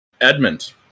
Edmund